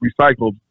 recycled